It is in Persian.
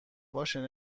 باشه